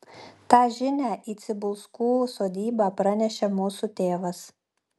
tą žinią į cibulskų sodybą parnešė mūsų tėvas